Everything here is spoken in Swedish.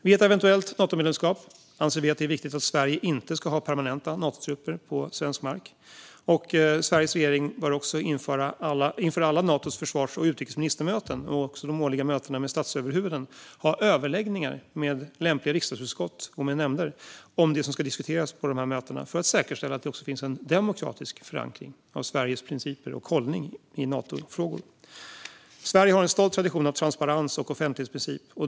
Vid ett eventuellt Natomedlemskap anser vi att det är viktigt att Sverige inte ska ha permanenta Natotrupper på svensk mark. Sveriges regering bör också inför alla Natos försvars och utrikesministermöten, och också de årliga mötena med statsöverhuvuden, ha överläggningar med lämpliga riksdagsutskott och med nämnder om det som ska diskuteras på de här mötena, för att säkerställa att det också finns en demokratisk förankring av Sveriges principer och hållning i Natofrågor. Sverige har en stolt tradition av transparens och offentlighetsprincip.